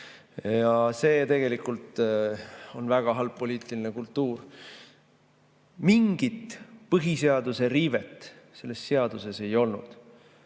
Ja see on tegelikult väga halb poliitiline kultuur. Mingit põhiseaduse riivet selles seaduses ei olnud.